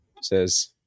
says